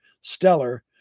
stellar